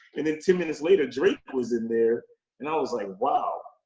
and then ten minutes later, drake was in there and i was like, wow.